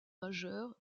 majeur